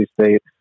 State